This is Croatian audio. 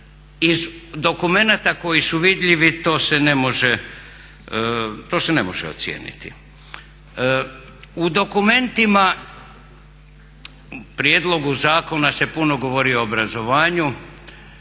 Iz dokumenata koji su vidljivi to se ne može ocijeniti. U dokumentima prijedlogu zakona se puno govori o obrazovanju